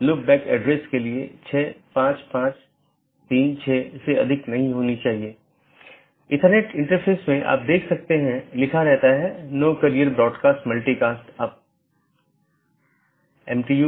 इसलिए चूंकि यह एक पूर्ण मेश है इसलिए पूर्ण मेश IBGP सत्रों को स्थापित किया गया है यह अपडेट को दूसरे के लिए प्रचारित नहीं करता है क्योंकि यह जानता है कि इस पूर्ण कनेक्टिविटी के इस विशेष तरीके से अपडेट का ध्यान रखा गया है